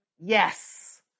Yes